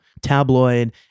tabloid